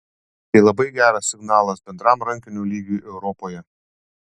tai labai geras signalas bendram rankinio lygiui europoje